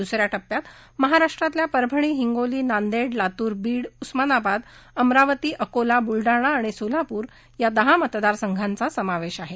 दुस या टप्प्यात महाराष्ट्रातल्या परभणी हिंगोली नांदेड लातूर बीड उस्मानाबाद अमरावती अकोला बुलडाणा आणि सोलापूर या दहा मतदारसंघाचा समावेश आहे